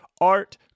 art